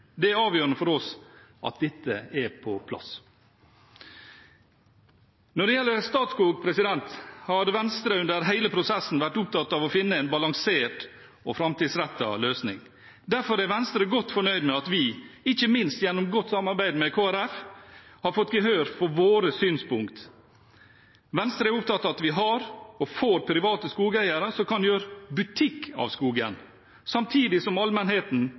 Det er avgjørende for oss at dette er på plass. Når det gjelder Statskog, har Venstre under hele prosessen vært opptatt av å finne en balansert og framtidsrettet løsning. Derfor er Venstre godt fornøyd med at vi, ikke minst gjennom godt samarbeid med Kristelig Folkeparti, har fått gehør for våre synspunkt. Venstre er opptatt av at vi har og får private skogeiere som kan gjøre butikk av skogen, samtidig som allmennheten